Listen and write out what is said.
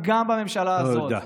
גם בממשלה הזאת.